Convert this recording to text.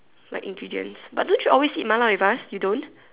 like ingredients but don't you always eat Ma lah with us you don't